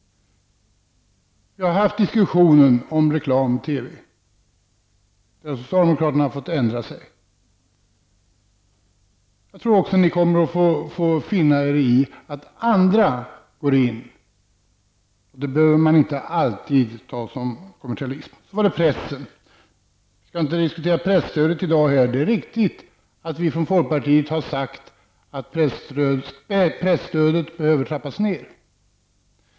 Vi har haft diskussionen om reklam i TV, där socialdemokraterna har fått ändra sig. Jag tror att socialdemokraterna också kommer att få att finna sig i att andra går in. Och det behöver man inte alltid ta som kommersialism. Jag vill sedan ta upp pressen, även om vi inte skall diskutera presstödet i dag. Det är riktigt att vi från folkpartiet har sagt att presstödet behöver trappas ned.